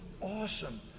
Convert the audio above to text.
awesome